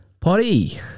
Potty